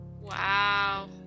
wow